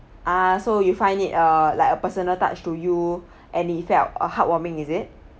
ah so you find it uh like a personal touch to you and he felt uh heartwarming is it